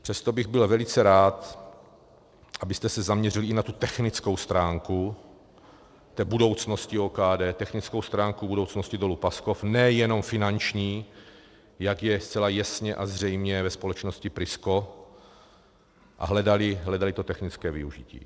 Přesto bych byl velice rád, abyste se zaměřili i na tu technickou stránku budoucnosti OKD, technickou stránku budoucnosti Dolu Paskov, ne jenom finanční, jak je zcela jasně a zřejmě ve společnosti Prisco, a hledali to technické využití.